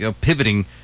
pivoting